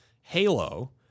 Halo